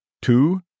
Two